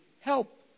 help